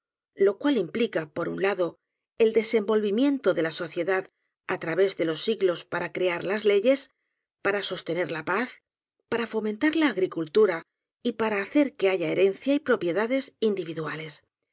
lo cual implica por un lado el desenvolvimiento de la sociedad á través de los siglos para crear las leyes para sos tener la paz para fomentar la agricultura y para hacer que haya herencia y propiedades individua